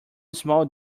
small